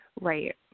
right